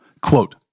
Quote